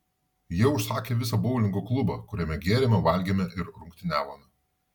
jie užsakė visą boulingo klubą kuriame gėrėme valgėme ir rungtyniavome